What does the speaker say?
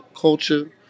culture